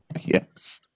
Yes